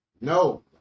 No